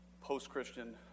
post-Christian